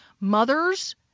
mothers